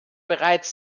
bereits